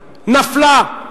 נפלה.